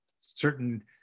certain